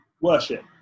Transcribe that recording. worship